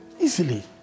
Easily